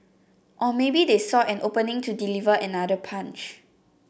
or maybe they saw an opening to deliver another punch